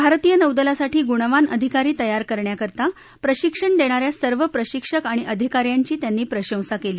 भारतीय नौदलासाठी गुणवान अधिकारी तयार करण्याकरता प्रशिक्षण दद्या या सर्व प्रशिक्षक आणि अधिका यांची त्यांनी प्रशंसा कली